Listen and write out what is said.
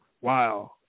Wow